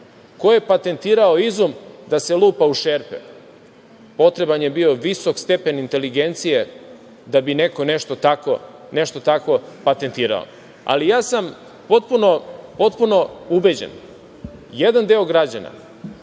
ko je patentirao izum da se lupa u šerpe? Potreban je bio visok stepen inteligencije da bi neko nešto takvo patentirao. Ali, ja sam potpuno ubeđen, jedan deo građana